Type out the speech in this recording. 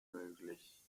möglich